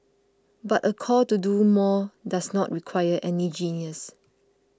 but a call to do more does not require any genius